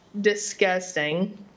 disgusting